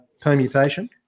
permutation